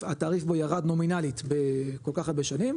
בו ירד נומינלית בכל כך הרבה שנים,